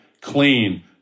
clean